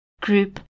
group